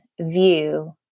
view